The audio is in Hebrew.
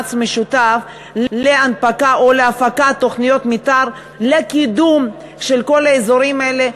מאמץ משותף להנפקה או להפקה של תוכניות מתאר לקידום של כל האזורים האלה.